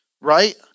right